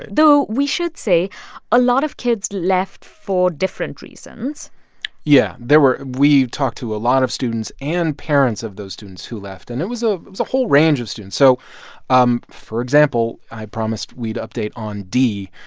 though, we should say a lot of kids left for different reasons yeah, there were we talked to a lot of students and parents of those students who left. and it was ah was a whole range of students. so um for example, i promised we'd update on d.